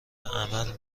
عمل